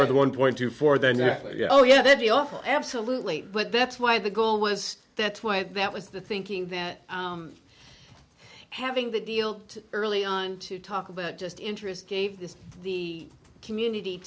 after the one point two four then oh yeah they'd be awful absolutely but that's why the goal was that's why that was the thinking that having the deal early on to talk about just interest gave this the community